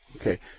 Okay